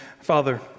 Father